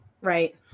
right